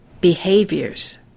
Behaviors